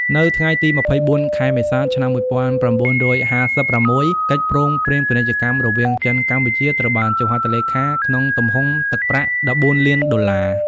នៅថ្ងៃទី ២៤ ខែមេសា ឆ្នាំ១៩៥៦ កិច្ចព្រមព្រៀងពាណិជ្ជកម្មរវាងចិនកម្ពុជាត្រូវបានចុះហត្ថលេខាក្នុងទំហំទឹកប្រាក់ ១៤ លានដុល្លារ។